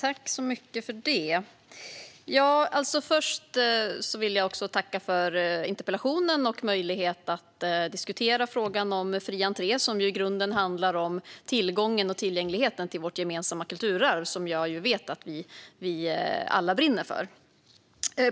Herr talman! Först vill jag tacka för interpellationen och möjligheten att diskutera frågan om fri entré, som i grunden handlar om tillgången och tillgängligheten till vårt gemensamma kulturarv, som jag vet att vi alla brinner för.